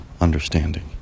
understanding